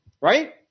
right